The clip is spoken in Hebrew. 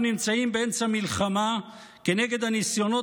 אנחנו נמצאים באמצע מלחמה כנגד הניסיונות